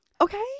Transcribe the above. Okay